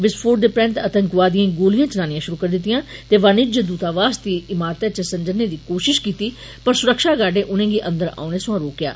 विस्फोट दे परैन्त आतंकवादिएं गोलियां चलानियां शुरु करी दितियां ते वाणिज्य दूतावास दी इमारते च सन्जरने दी कोशिश कीती पर सुरक्षा गार्डें उनेंगी अंदर औने सोयां रोकेआ